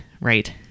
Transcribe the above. right